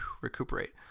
recuperate